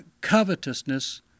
covetousness